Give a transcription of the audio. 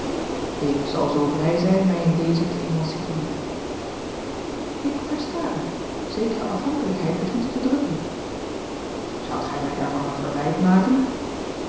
ik zal zoo vrij zijn mij in dezen te emancipeeren ik versta u zekere afhankelijkheid begint u te drukken zoudt gij mij daarvan een verwijt maken